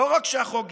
לא רק שהחוק גזעני,